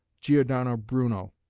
giordano bruno,